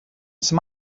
some